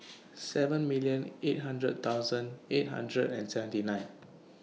seven million eight hundred thousand eight hundred and seventy nine